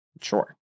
sure